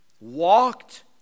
walked